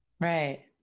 Right